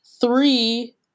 three